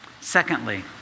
Secondly